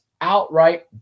outright